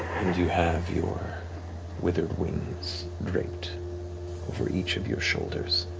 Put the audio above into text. and you have your withered wings draped over each of your shoulders.